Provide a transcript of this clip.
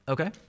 Okay